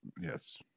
Yes